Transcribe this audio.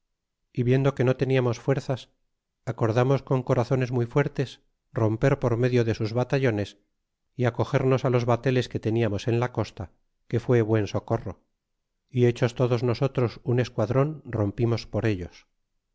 y viendo que no tentamos fuerzas acordamos con corazones muy fuertes romper por medio de sus batallones y acogernos los bateles que teniamos en la costa que fué buen socorro y hechos todos nosotros un esquadron rompimos por ellos